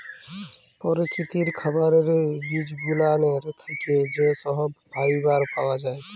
পরকিতির খাবারের বিজগুলানের থ্যাকে যা সহব ফাইবার পাওয়া জায়